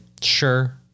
Sure